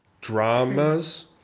dramas